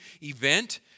event